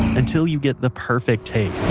until you get the perfect take.